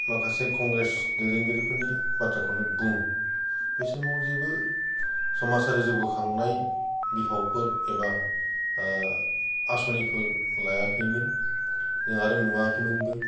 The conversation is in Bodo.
माखासे कंग्रेस दैदेनगिरिफोरनि बाथ्राखौनो बुं बे समाव जेबो समाजारि जौगाखांनाय बिफावफोर एबा आसनिफोर लायाखैमोन जों आरो नुयाखैमोनबो